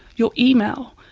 your email,